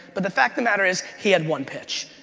but the fact the matter is, he had one pitch,